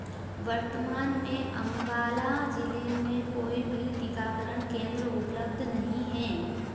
वर्तमान में अंबाला जिले में कोई भी टीकाकरण केंद्र उपलब्ध नहीं हैं